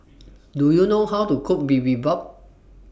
Do YOU know How to Cook Bibimbap